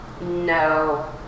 no